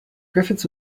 griffiths